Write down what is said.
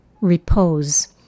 Repose